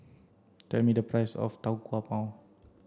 tell me the price of Tau Kwa Pau